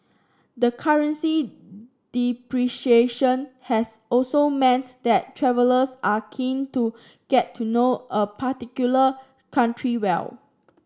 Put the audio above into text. the currency depreciation has also means that travellers are keen to get to know a particular country well